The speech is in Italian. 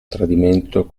tradimento